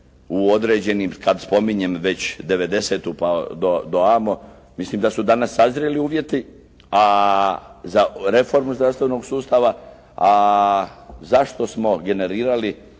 u određenim, kad spominjem već devedesetu pa do amo mislim da su danas sazreli uvjeti za reformu zdravstvenog sustava a zašto smo generirali